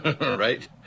right